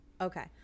Okay